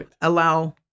allow